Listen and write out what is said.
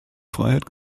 freiheit